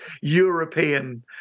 European